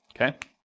Okay